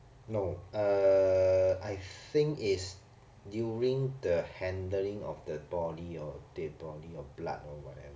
no uh I think is during the handling of the body or the body or blood or whatever